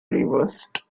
reversed